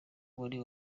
muri